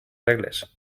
regles